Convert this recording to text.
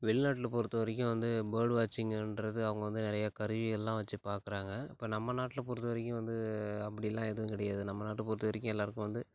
வெளிநாட்டில பொறுத்த வரைக்கும் வந்து பேர்டு வாட்சிங்கின்றது அவங்க வந்து நிறையா கருவிகள்லாம் வச்சு பார்க்கறாங்க இப்போ நம்ம நாட்டில பொறுத்த வரைக்கும் வந்து அப்படிலாம் எதுவும் கிடையாது நம்ம நாட்டை பொறுத்த வரைக்கும் எல்லாருக்கும் வந்து